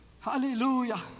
Hallelujah